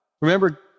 Remember